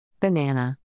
banana